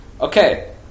Okay